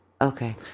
Okay